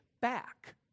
back